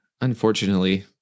unfortunately